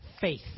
faith